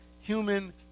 human